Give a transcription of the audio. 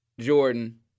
Jordan